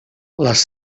les